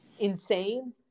insane